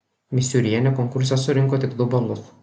misiūrienė konkurse surinko tik du balus